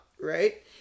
right